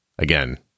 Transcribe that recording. Again